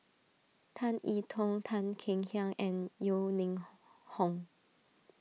Tan I Tong Tan Kek Hiang and Yeo Ning Hong